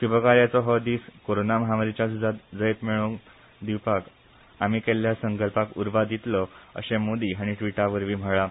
शुभ कार्याचो हो दिस कोरोना महामारीच्या झूंजात जैत मेळोवन दिवपाक आमी केल्ल्या संकल्पाक उर्बो दितलो अशे मोदी हाणी ट्विटावरवी म्हळा